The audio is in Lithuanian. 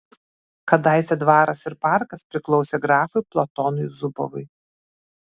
kadaise dvaras ir parkas priklausė grafui platonui zubovui